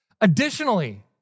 Additionally